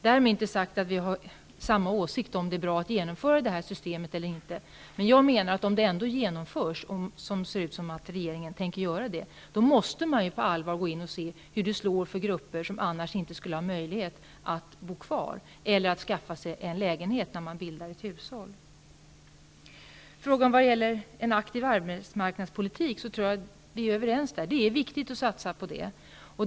Därmed är inte sagt att vi har samma åsikt om huruvida det är bra att genomföra det här systemet. Jag menar att om systemet ändå genomförs, och det ser ut som om regeringen tänker göra det, måste man på allvar se hur det slår för grupper som annars inte skulle ha möjlighet att bo kvar eller skaffa sig en lägenhet när det skall bildas ett hushåll. Vad en aktiv arbetsmarknadspolitik angår tror jag att vi är överens. Det är viktigt att satsa på detta.